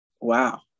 wow